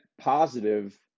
positive